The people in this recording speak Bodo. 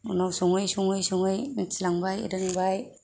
उनाव सङै सङै सङै मिन्थिलांबाय रोंबाय